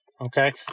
Okay